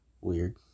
Weird